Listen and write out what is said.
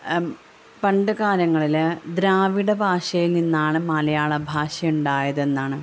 പണ്ട് കാലങ്ങളിൽ ദ്രാവിഡ ഭാഷയിൽ നിന്നാണ് മലയാള ഭാഷ ഉണ്ടായതെന്നാണ്